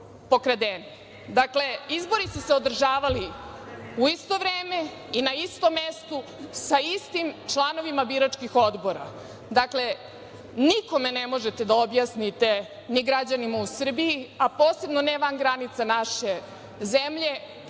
pokradeni? Dakle, izbori su se održavali u isto vreme i na istom mestu sa istim članovima biračkih odbora. Dakle, nikome ne možete da objasnite, ni građanima u Srbiji, a posebno ne van granica naše zemlje